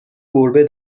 گربه